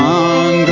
on